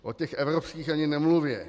O těch evropských ani nemluvě.